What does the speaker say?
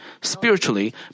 Spiritually